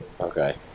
Okay